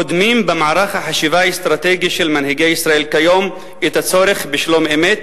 קודמות במערך החשיבה האסטרטגי של מנהיגי ישראל כיום לצורך בשלום-אמת